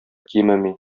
кимеми